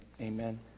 Amen